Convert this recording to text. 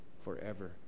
forever